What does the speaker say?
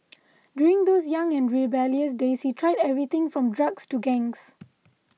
during those young and rebellious days he tried everything from drugs to gangs